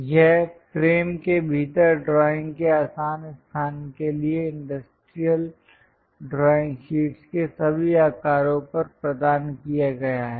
यह फ्रेम के भीतर ड्राइंग के आसान स्थान के लिए इंडस्ट्रियल ड्राइंग शीट के सभी आकारों पर प्रदान किया गया है